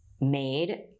made